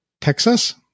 Texas